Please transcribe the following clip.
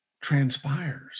transpires